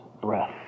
breath